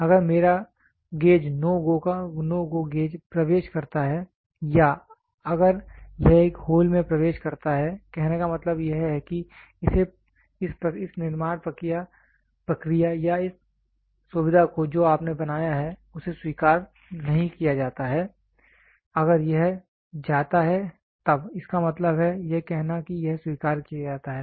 अगर मेरा gauge NO GO gauge प्रवेश करता है या अगर यह एक होल में प्रवेश करता है कहने का मतलब यह है कि इस निर्माण प्रक्रिया या इस सुविधा को जो आपने बनाया है उसे स्वीकार नहीं किया जाता है अगर यह जाता है तब इसका मतलब है यह कहना कि यह स्वीकार किया जाता है